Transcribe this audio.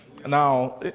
Now